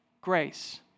grace